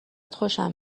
خوشم